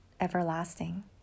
everlasting